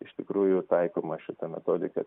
iš tikrųjų taikoma šita metodika